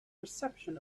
reception